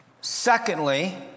Secondly